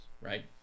right